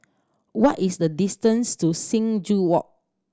what is the distance to Sing Joo Walk